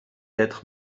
être